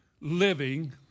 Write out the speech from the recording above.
living